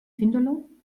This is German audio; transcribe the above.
finderlohn